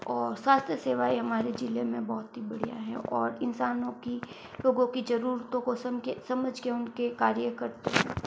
और स्वास्थय सेवाएं हमारे ज़िले में बहुत ही बढ़िया हैं और इंसानों की लोगों की ज़रूरतों को सुन कर समझ कर उनके कार्य करते हैं